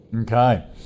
Okay